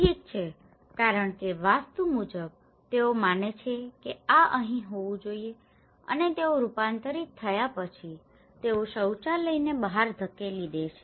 ઠીક છે કારણ કે વાસ્તુ મુજબ તેઓ માને છે કે આ અહીં હોવું જોઈએ અને તેઓ રૂપાંતરિત થયા પછી તેઓ શૌચાલયને બહાર ધકેલી દે છે